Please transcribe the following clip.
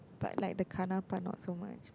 but like the kenna part not so much